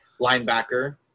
linebacker